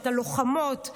את הלוחמות,